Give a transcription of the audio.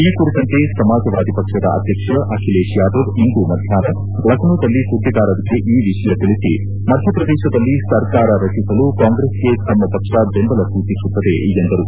ಈ ಕುರಿತಂತೆ ಸಮಾಜವಾದಿ ಪಕ್ಷದ ಅಧ್ಯಕ್ಷ ಅಖಿಲೇಶ್ ಯಾದವ್ ಇಂದು ಮಧ್ಯಾಷ್ನ ಲಕ್ನೋದಲ್ಲಿ ಸುದ್ದಿಗಾರರಿಗೆ ಈ ವಿಷಯ ತಿಳಿಸಿ ಮಧ್ಯಪ್ರದೇಶದಲ್ಲಿ ಸರ್ಕಾರ ರಚಿಸಲು ಕಾಂಗ್ರೆಸ್ಗೆ ತಮ್ಮ ಪಕ್ಷ ಬೆಂಬಲ ಸೂಚಿಸುತ್ತದೆ ಎಂದರು